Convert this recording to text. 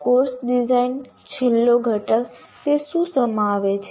course design છેલ્લો ઘટક તે શું સમાવે છે